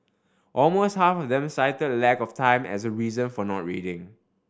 almost half of them cited lack of time as a reason for not reading